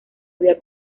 había